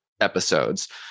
episodes